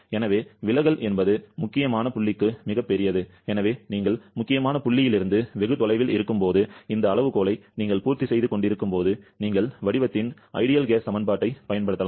எனவே விலகல் என்பது முக்கியமான புள்ளிக்கு மிகப் பெரியது எனவே நீங்கள் முக்கியமான புள்ளியிலிருந்து வெகு தொலைவில் இருக்கும்போது இந்த அளவுகோலை நீங்கள் பூர்த்திசெய்து கொண்டிருக்கும்போது நீங்கள் வடிவத்தின் சிறந்த வாயு சமன்பாட்டைப் பயன்படுத்தலாம்